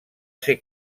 ser